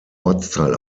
ortsteil